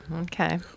Okay